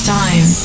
time